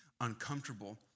uncomfortable